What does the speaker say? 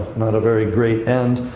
not a very great end.